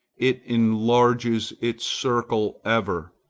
it enlarges its circles ever,